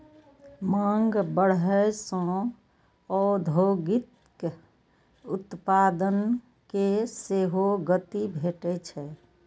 मांग बढ़ै सं औद्योगिक उत्पादन कें सेहो गति भेटै छै